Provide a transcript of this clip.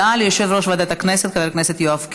הודעה ליושב-ראש ועדת הכנסת חבר הכנסת יואב קיש,